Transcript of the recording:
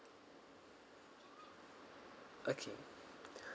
okay